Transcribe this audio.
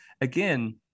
again